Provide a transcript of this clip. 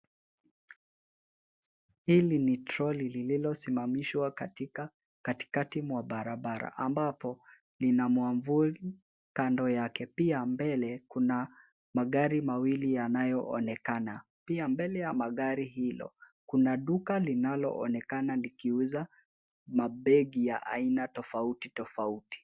Hili ni troli lililosimamishwa katika katikati mwa barabara ambapo lina mwavuli kando yake. Pia mbele kuna magari mawili yanayoonekana. Pia mbele ya magari hilo, kuna duka linaloonekana likiuza mabegi ya aina tofauti tofauti.